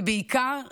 זה בעיקר להגיד: